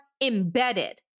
embedded